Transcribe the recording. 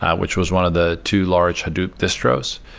which was one of the two large hadoop distros.